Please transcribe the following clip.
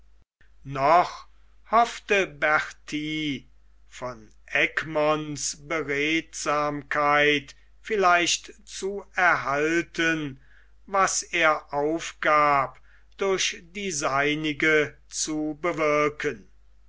noch hoffte berti von egmonts beredsamkeit vielleicht zu erhalten was er aufgab durch die seinige zu bewirken